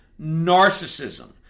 narcissism